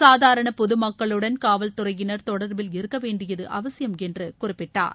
சாதாரண பொதுமக்களுடன் காவல்துறையினர் தொடர்பில் இருக்க வேண்டியது அவசியம் என்று குறிப்பிட்டார்